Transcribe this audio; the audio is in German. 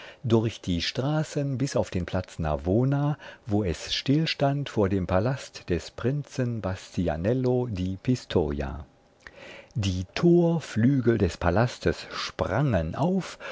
durch die straßen bis auf den platz navona wo es stillstand vor dem palast des prinzen bastianello di pistoja die torflügel des palastes sprangen auf